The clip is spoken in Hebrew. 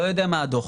אני לא יודע מה הדוח,